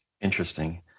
Interesting